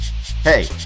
Hey